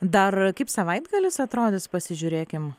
dar kaip savaitgalis atrodys pasižiūrėkim